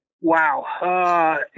Wow